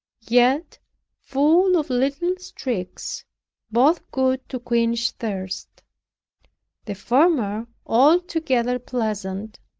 yet full of little streaks both good to quench thirst the former altogether pleasant,